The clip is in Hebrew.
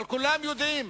אבל כולם יודעים